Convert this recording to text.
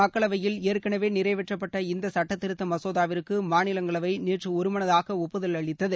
மக்களவையில் ஏற்கனவே நிறைவேற்றப்பட்ட இந்த சுட்டத் திருத்த மசோதாவிற்கு மாநிலங்களவை நேற்று ஒருமனதாக ஒப்புதல் அளித்தது